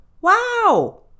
wow